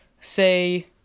say